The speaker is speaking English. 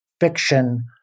fiction